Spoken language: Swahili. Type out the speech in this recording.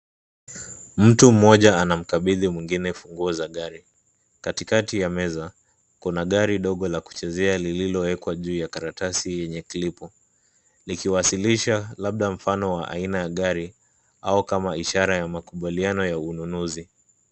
Mtu mmoja anamkabidhi mwingine funguo za gari. Katikati ya meza, kuna gari dogo la kuchezea lililowekwa juu ya karatasi yenye klipu, likiwasilisha labda mfano wa aina ya gari au kama ishara ya makubaliano ya ununuzi.